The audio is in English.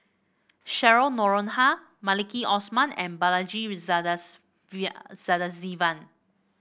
Cheryl Noronha Maliki Osman and Balaji Sadasivan